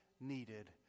needed